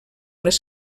les